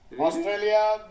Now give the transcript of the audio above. australia